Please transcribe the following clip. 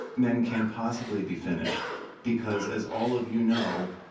men can't possibly be finished because as all of you know,